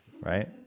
right